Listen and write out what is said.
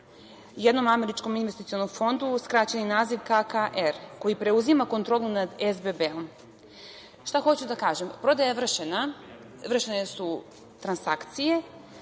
jednom američkom investicionom fondu, skraćeni naziv KKR, koji preuzima kontrolu nad SBB-om. Šta hoću da kažem? Prodaja je vršena, vršene su transakcije,